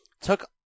took